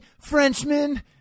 Frenchmen